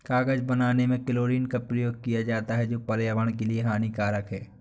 कागज बनाने में क्लोरीन का प्रयोग किया जाता है जो पर्यावरण के लिए हानिकारक है